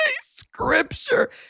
scripture